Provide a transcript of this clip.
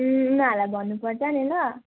ल ल भन्नुपर्छ नि ल